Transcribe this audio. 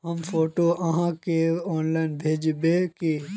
हम फोटो आहाँ के ऑनलाइन भेजबे की?